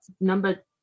number